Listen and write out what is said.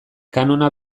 kanona